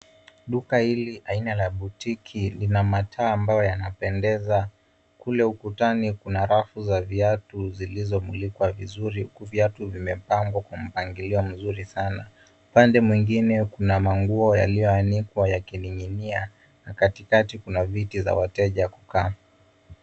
Duka hili aina ya boutiki lina mataa ambayo yanapendeza. Kule ukutani kuna rafu za viatu zilizomulikwa vizuri huku viatu vimepangwa kwa mpangilia mzuri sana. Upande mwingine kuna manguo yaliyoanikwa yakininginia na katikati kuna viti za wateja kuka.